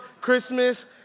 Christmas